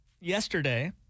yesterday